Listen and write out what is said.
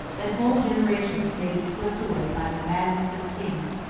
that whole generations may be swept away by the madness of kings,